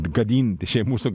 gadinti mūsų